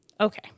Okay